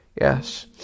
Yes